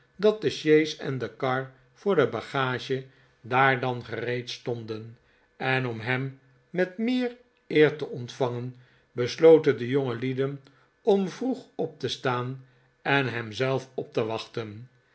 dat de sjees en de kar voor de bagage daar dan gereed stonden en om hem met meer eer te ontvangen besloten de jongelieden om vroeg op te staan en hem zelf op te wachten